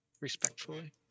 respectfully